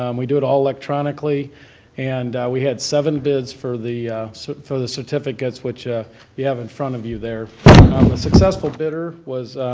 um we do it all electronically and we had seven bids for the sort of for the certificates, which ah you have in front of you there. um the successful bidder was